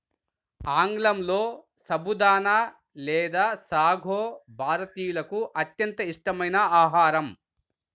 ఆంగ్లంలో సబుదానా లేదా సాగో భారతీయులకు అత్యంత ఇష్టమైన ఆహారం